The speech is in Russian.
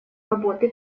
работы